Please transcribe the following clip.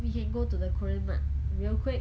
we can go to the korean mart real quick